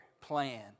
plan